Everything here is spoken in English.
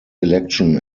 election